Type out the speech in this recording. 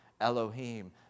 Elohim